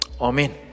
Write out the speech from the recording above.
Amen